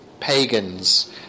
pagans